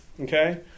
Okay